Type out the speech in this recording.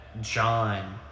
John